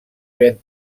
ven